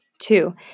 Two